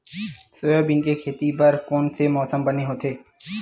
Soybean के खेती बर कोन से मौसम बने होथे?